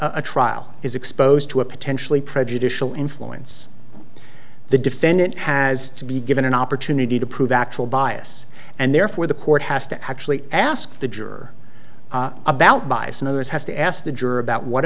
a trial is exposed to a potentially prejudicial influence the defendant has to be given an opportunity to prove actual bias and therefore the court has to actually ask the juror about